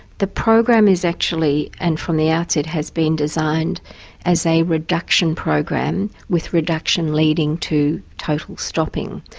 the program is actually, and from the outset, has been designed as a reduction program, with reduction leading to total stopping.